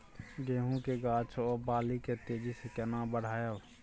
गेहूं के गाछ ओ बाली के तेजी से केना बढ़ाइब?